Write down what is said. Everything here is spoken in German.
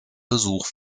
besuch